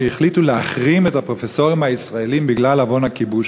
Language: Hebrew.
שהחליטו להחרים את הפרופסורים הישראלים בגלל עוון הכיבוש.